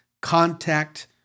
contact